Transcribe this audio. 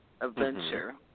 Adventure